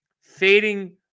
fading